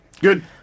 good